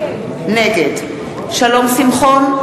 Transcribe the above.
נגד שלום שמחון,